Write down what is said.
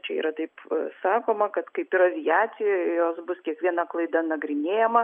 čia yra taip sakoma kad kaip ir aviacijoj jos bus kiekviena klaida nagrinėjama